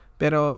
pero